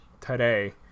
today